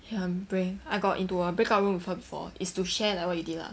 um bring I got into a break out room with her it's to share like what we did lah